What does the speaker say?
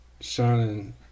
shining